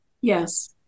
Yes